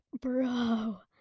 bro